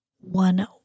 one